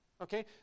okay